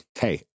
hey